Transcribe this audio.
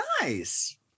Nice